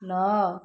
ନଅ